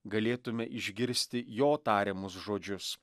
galėtume išgirsti jo tariamus žodžius